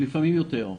לפעמים יותר.